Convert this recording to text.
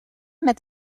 met